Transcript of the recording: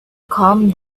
come